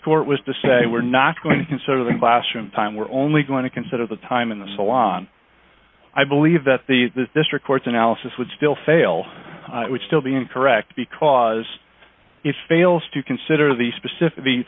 court was to say we're not going to consider the classroom time we're only going to consider the time in the salon i believe that the district court's analysis would still fail it would still be incorrect because it fails to consider the specific